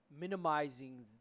minimizing